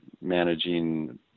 managing